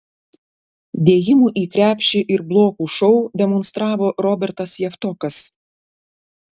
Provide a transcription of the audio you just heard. dėjimų į krepšį ir blokų šou demonstravo robertas javtokas